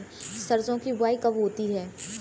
सरसों की बुआई कब होती है?